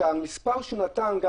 לגבי המספר שהוא נתן,